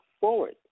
forward